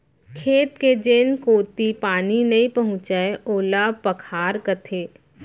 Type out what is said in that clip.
खेत के जेन कोती पानी नइ पहुँचय ओला पखार कथें